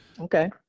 Okay